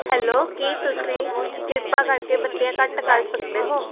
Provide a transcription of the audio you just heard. hello ਕੀ ਤੁਸੀਂ ਕਿਰਪਾ ਕਰਕੇ ਬੱਤੀਆਂ ਘੱਟ ਕਰ ਸਕਦੇ ਹੋ